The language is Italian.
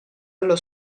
allo